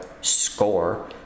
score